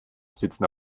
sitzen